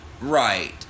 Right